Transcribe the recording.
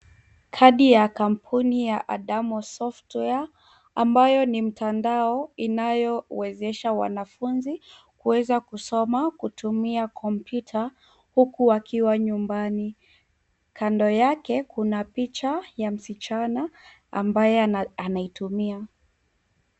Kadi ya kampuni ya Adamo Software ambayo ni mtandao inayowezesha wanafunzi kuweza kusoma kutumia kompyuta huku wakiwa nyumbani. Kando yake, kuna picha ya msichana ambaye anaitumia.